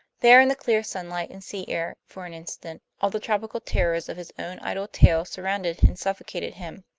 there in the clear sunlight and sea air, for an instant, all the tropical terrors of his own idle tale surrounded and suffocated him.